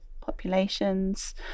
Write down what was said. populations